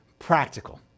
practical